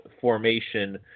formation